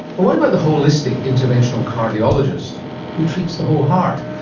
well, what about the holistic interventional cardiologist who treats the whole heart?